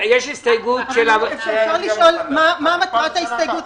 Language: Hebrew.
יש הסתייגות של --- אפשר לשאול מהי מטרת ההסתייגות?